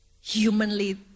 Humanly